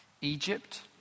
Egypt